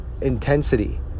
intensity